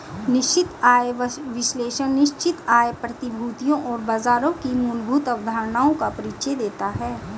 निश्चित आय विश्लेषण निश्चित आय प्रतिभूतियों और बाजारों की मूलभूत अवधारणाओं का परिचय देता है